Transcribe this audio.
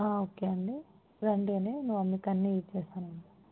okay అండి రండి అండి మీకు అన్నీ ఇస్తాను అండి